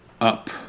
Up